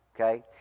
okay